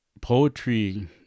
poetry